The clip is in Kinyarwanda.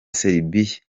serbia